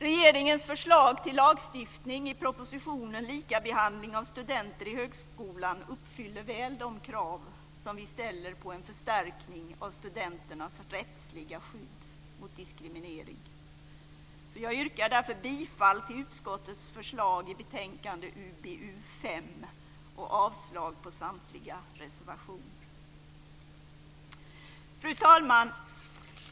Regeringens förslag till lagstiftning i propositionen Likabehandling av studenter i högskolan uppfyller väl de krav som vi ställer på en förstärkning av studenternas rättsliga skydd mot diskriminering. Jag yrkar därför bifall till utskottets förslag i betänkande UbU5 och avslag på samtliga reservationer. Fru talman!